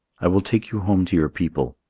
i will take you home to your people.